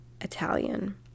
Italian